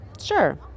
sure